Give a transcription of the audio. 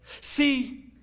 See